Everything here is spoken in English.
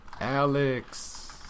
Alex